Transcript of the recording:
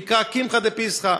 מה שנקרא קמחא דפסחא.